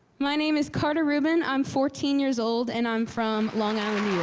my name is carter rubin. i'm fourteen years old, and i'm from long island,